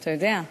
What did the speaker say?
ואתה יודע,